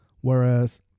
whereas